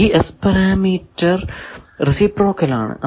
ഈ S parameter reciprocal ആണ്